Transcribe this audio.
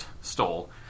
stole